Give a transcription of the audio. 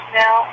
now